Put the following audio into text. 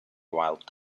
wild